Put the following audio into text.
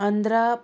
Andhra